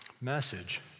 message